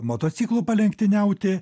motociklu palenktyniauti